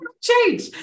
change